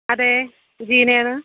അതെ ജീനയാണ്